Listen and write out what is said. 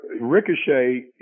Ricochet